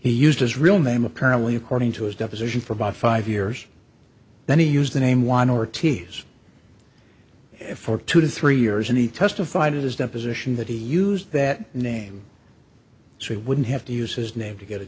used his real name apparently according to his deposition for about five years then he used the name juan or tease for two to three years and he testified in his deposition that he used that name so he wouldn't have to use his name to get a